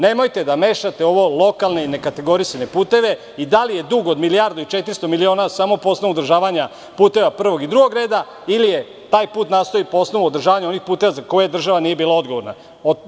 Nemojte da mešate lokalne i nekategorisane puteve i da li je dug od milijardu i 400 miliona samo po osnovu održavanja puteva prvog i drugog reda ili je taj put nastao po osnovu održavanja onih puteva za koje država nije bila odgovorna.